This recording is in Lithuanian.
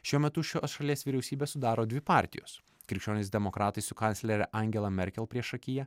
šiuo metu šios šalies vyriausybę sudaro dvi partijos krikščionys demokratai su kanclere angela merkel priešakyje